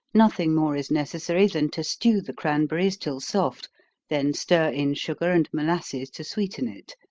nothing more is necessary than to stew the cranberries till soft then stir in sugar and molasses to sweeten it.